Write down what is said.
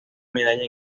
medalla